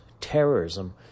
terrorism